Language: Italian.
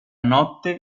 notte